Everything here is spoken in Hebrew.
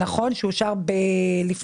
נכון, שאושר בנובמבר.